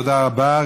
תודה רבה.